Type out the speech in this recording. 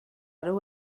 nhw